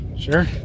Sure